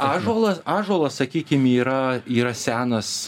ąžuola ąžuolas sakykim yra yra senas